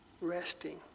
resting